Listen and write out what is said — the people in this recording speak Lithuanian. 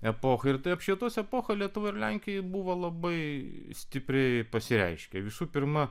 epocha ir tai apšvietos epocha lietuvoj ir lenkijoj buvo labai stipriai pasireiškė visų pirma